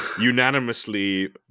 unanimously